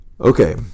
Okay